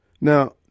Now